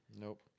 Nope